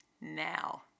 Now